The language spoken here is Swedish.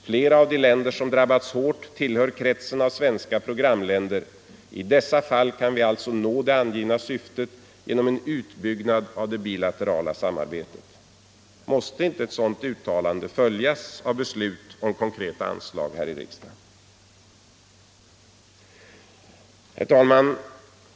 Flera av de länder som drabbats hårt tillhör kretsen av svenska programländer. I detta fall kan vi alltså nå det angivna syftet genom en utbyggnad av det bilaterala samarbetet.” Måste inte ett sådant uttalande följas av beslut i riksdagen om konkreta anslag? Herr talman!